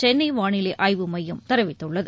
சென்னை வானிலை ஆய்வு மையம் தெரிவித்துள்ளது